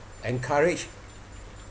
encourage